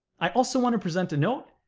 i also want to present a note,